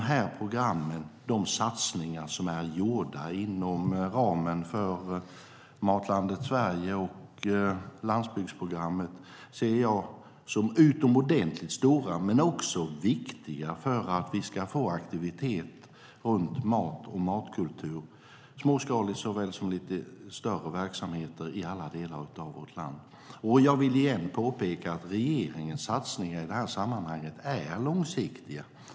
De satsningar som är gjorda inom ramen för Matlandet Sverige och landsbygdsprogrammet ser jag som utomordentligt stora. De är också viktiga för att vi ska få aktivitet när det gäller mat och matkultur - både småskalig och större verksamhet - i alla delar av vårt land. Jag vill än en gång påpeka att regeringens satsningar i det här sammanhanget är långsiktiga.